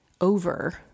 over